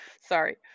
Sorry